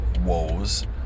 woes